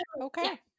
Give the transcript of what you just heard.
Okay